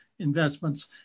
investments